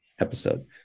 episode